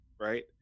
right